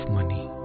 money